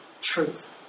truth